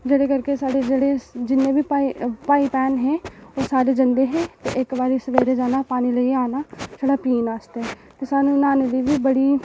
जेह्दे करके साढ़े जेह्ड़े भाई भैन हे ते ओह् सारे जंदे हे इक बारी सवैरै जाना पानी लइयै औना छड़ा पीने आस्तै